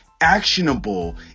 actionable